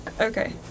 okay